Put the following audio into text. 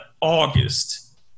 August